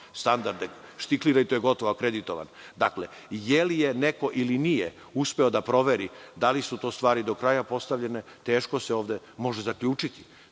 standarde. Štikliraj, to je gotovo, akreditovano. Da li je neko ili nije uspeo da proveri da li su to stvari do kraja postavljene? Teško se ovde može zaključiti.